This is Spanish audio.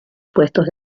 puestos